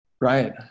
Right